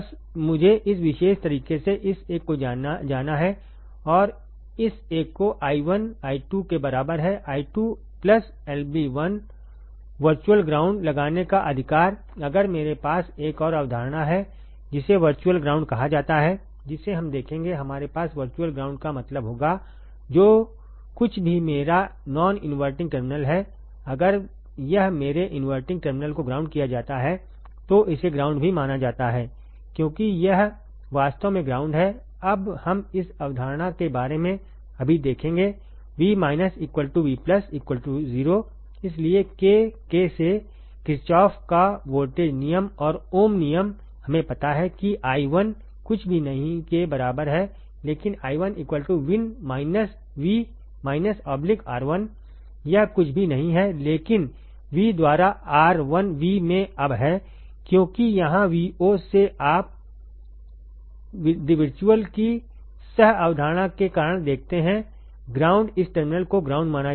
तो मुझे इस विशेष तरीके से इस एक को जाना है और इस एक को i1 i2 के बराबर है i2 Ib1 वर्चुअल ग्राउंड लगाने का अधिकार अगर मेरे पास एक और अवधारणा है जिसे वर्चुअल ग्राउंड कहा जाता है जिसे हम देखेंगे हमारे पास वर्चुअल ग्राउंड का मतलब होगा जो कुछ भी मेरा नॉन इनवर्टिंग टर्मिनल है अगर यह मेरे इनवर्टिंग टर्मिनल को ग्राउंड किया जाता है तो इसे ग्राउंड भी माना जाता है क्योंकि यह वास्तव में ग्राउंड है अब हम इस अवधारणा के बारे में अभी देखेंगे V V 0 इसलिए k k से l किरचॉफ का वोल्टेज नियम और ओम नियम Ohm's law हमें पता है कि i1 कुछ भी नहीं के बराबर है लेकिन i1 Vin V R1 यह कुछ भी नहीं है लेकिन V द्वारा R 1 V में अब है क्योंकि यहाँ V o से आप की सह अवधारणा के कारण देखते हैं ग्राउंड इस टर्मिनल को ग्राउंड माना जाएगा